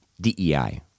DEI